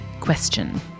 question